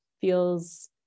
feels